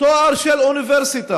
תואר של אוניברסיטה.